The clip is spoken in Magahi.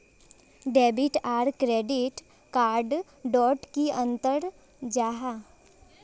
डेबिट आर क्रेडिट कार्ड डोट की अंतर जाहा?